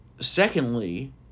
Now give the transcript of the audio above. secondly